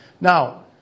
Now